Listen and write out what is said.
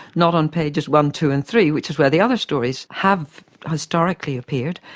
not on pages one, two and three, which is where the other stories have historically appeared.